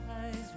eyes